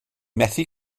methu